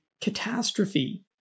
catastrophe